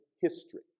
history